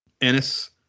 Ennis